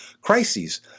Crises